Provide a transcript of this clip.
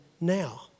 now